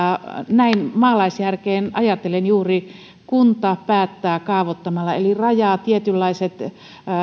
näin maalaisjärjellä ajatellen juuri kunta päättää kaavoittamalla eli rajaa